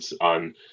on